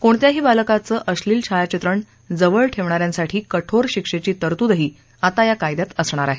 कोणत्याही बालकांचं अश्नील छाया चित्रण जवळ ठेवणा यांसाठी कठोर शिक्षेची तरतूदही आता या कायद्यात असणार आहे